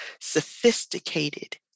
sophisticated